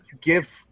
give